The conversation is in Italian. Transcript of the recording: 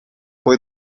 poi